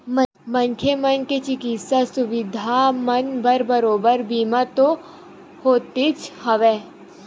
मनखे मन के चिकित्सा सुबिधा मन बर बरोबर बीमा तो होतेच हवय